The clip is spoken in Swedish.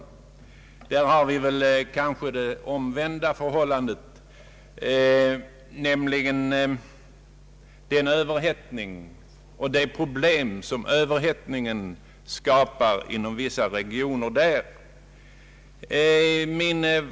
I vårt län råder väl snarare det omvända förhållandet, nämligen en överhettning med de problem som denna överhettning skapar inom vissa regioner.